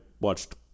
watched